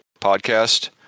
podcast